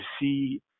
see